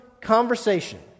conversation